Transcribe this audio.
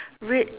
red